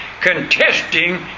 contesting